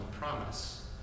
promise